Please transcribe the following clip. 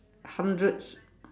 hundreds